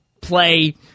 play